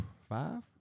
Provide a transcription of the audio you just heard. five